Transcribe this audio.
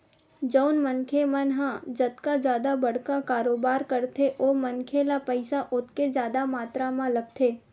जउन मनखे मन ह जतका जादा बड़का कारोबार करथे ओ मनखे ल पइसा ओतके जादा मातरा म लगथे